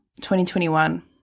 2021